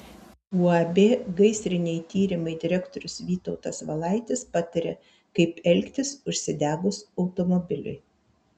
uab gaisriniai tyrimai direktorius vytautas valaitis pataria kaip elgtis užsidegus automobiliui